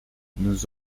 nous